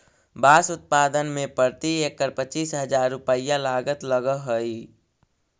बाँस उत्पादन में प्रति एकड़ पच्चीस हजार रुपया लागत लगऽ हइ